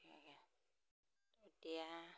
তেতিয়া